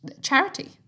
charity